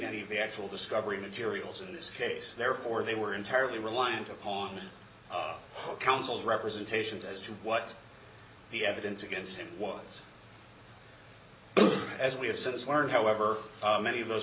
any of the actual discovery materials in this case therefore they were entirely reliant upon counsel's representations as to what the evidence against him was as we have since learned however many of those